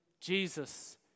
Jesus